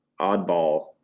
oddball